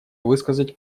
высказать